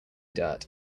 dirt